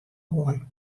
oan